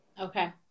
Okay